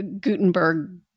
Gutenberg